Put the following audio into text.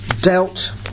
dealt